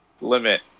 limit